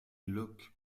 look